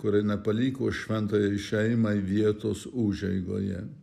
kur eina paliko šventąją šeimą vietos užeigoje